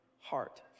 heart